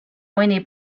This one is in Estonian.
mõni